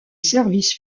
service